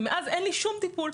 ומאז אין לי שום טיפול,